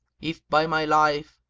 if, by my life,